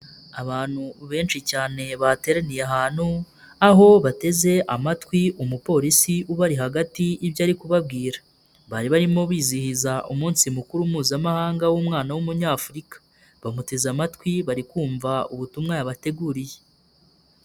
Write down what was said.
Abantu benshi cyane bateraniye ahantu aho bateze amatwi umupolisi uba hagati ibyo ari kubabwira, bari barimo bizihiza umunsi mukuru mpuzamahanga w'umwana w'umunyafurika, bamuteze amatwi bari kumvamva ubutumwa yabateguriye.